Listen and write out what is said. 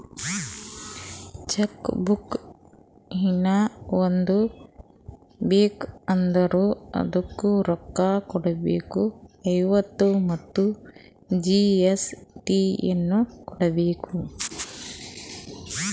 check book ಹೀನಾ ಒಂದ್ ಬೇಕ್ ಅಂದುರ್ ಅದುಕ್ಕ ರೋಕ್ಕ ಕೊಡ್ಬೇಕ್ ಐವತ್ತ ಮತ್ ಜಿ.ಎಸ್.ಟಿ ನು ಕೊಡ್ಬೇಕ್